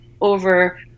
over